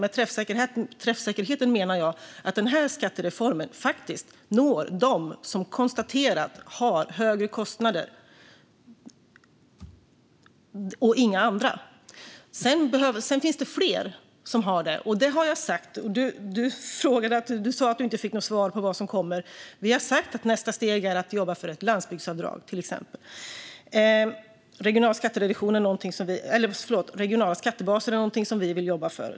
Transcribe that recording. Men när jag pratar om träffsäkerhet menar jag att den här skattereformen faktiskt når dem som har konstaterat högre kostnader och inga andra. Sedan finns det fler som har det, och det har jag sagt. Fredrik Schulte! Du sa att du inte fick något svar på frågan om vad som kommer. Vi har sagt att nästa steg är att jobba för till exempel ett landsbygdsavdrag. Regionala skattebaser är också någonting som vi vill jobba för.